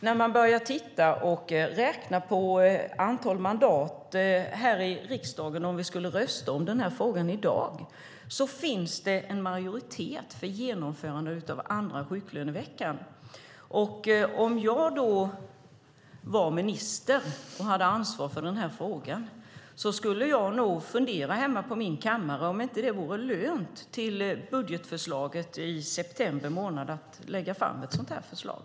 Om man börjar räkna antal mandat här i riksdagen, om vi skulle rösta om denna fråga i dag, finns det en majoritet för att ta bort den andra sjuklöneveckan. Om jag var minister och hade ansvar för denna fråga skulle jag nog fundera hemma på min kammare om det inte vore lönt att i budgetförslaget i september föra fram ett sådant förslag.